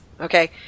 okay